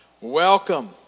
Welcome